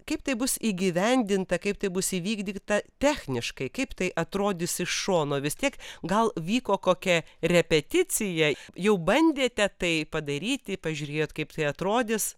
kaip tai bus įgyvendinta kaip tai bus įvykdyta techniškai kaip tai atrodys iš šono vis tiek gal vyko kokia repeticija jau bandėte tai padaryti pažiūrėjot kaip tai atrodys